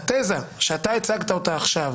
התזה שאתה הצגת אותה עכשיו,